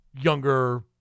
younger